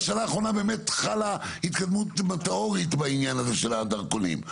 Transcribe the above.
בשנה האחרונה באמת חלה התקדמות מטאורית בעניין הזה של הדרכונים.